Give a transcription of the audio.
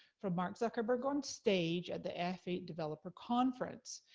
from mark zuckerberg on stage at the f eight developer conference.